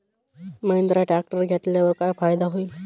Mahindra tractor घेतल्यावर काय फायदा होईल?